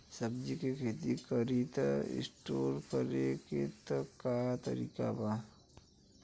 सब्जी के खेती करी त स्टोर करे के का तरीका बा?